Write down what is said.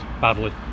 badly